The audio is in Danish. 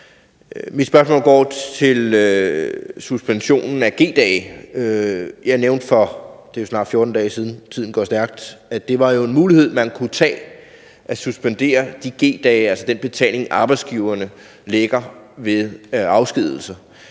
Mit spørgsmål angår suspensionen af G-dage. Jeg nævnte for snart 14 dage siden – tiden går stærkt – at det jo var en mulighed, man kunne bruge, at suspendere de G-dage, altså den betaling, arbejdsgiverne lægger ved afskedigelse.